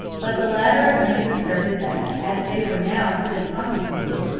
but the latter at length asserted that, as they were now fully constituted,